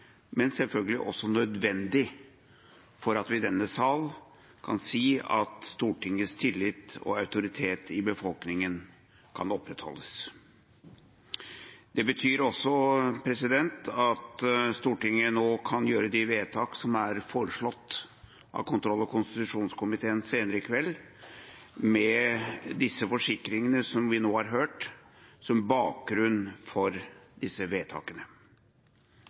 men selvfølgelig også nødvendig for at vi i denne sal kan si at Stortingets tillit og autoritet i befolkningen kan opprettholdes. Det betyr også at Stortinget senere i kveld kan gjøre de vedtak som er foreslått av kontroll- og konstitusjonskomiteen, med disse forsikringene som vi nå har hørt, som bakgrunn for disse vedtakene.